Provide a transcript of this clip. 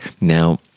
now